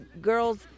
girls –